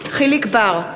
יחיאל חיליק בר,